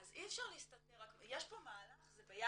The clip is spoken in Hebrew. אז אי אפשר להסתתר רק --- יש פה מהלך, זה ביחד.